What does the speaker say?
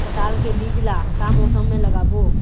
पताल के बीज ला का मौसम मे लगाबो?